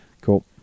Cool